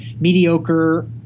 mediocre